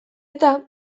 eta